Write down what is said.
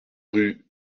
rue